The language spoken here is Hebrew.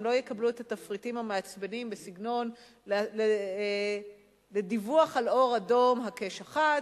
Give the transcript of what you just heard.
הם לא יקבלו את התפריטים המעצבנים בסגנון: לדיווח על אור אדום הקש 1,